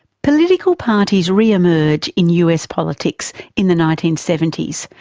political parties re-emerge in us politics in the nineteen seventy s,